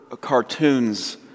cartoons